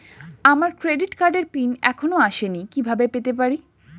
আমার ক্রেডিট কার্ডের পিন এখনো আসেনি কিভাবে পেতে পারি?